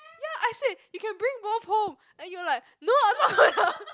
ya I swear you can bring both home and you are like no I'm not